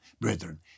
brethren